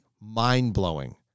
Mind-blowing